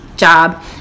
job